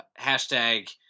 hashtag